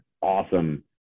awesome